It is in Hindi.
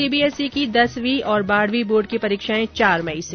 सीबीएसई की दसवीं और बारहवीं बोर्ड की परीक्षाएं चार मई से